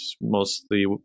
mostly